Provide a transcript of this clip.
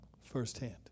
firsthand